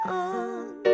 on